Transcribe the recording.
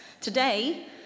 Today